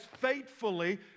faithfully